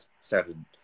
started